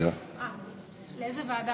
לאיזה ועדה?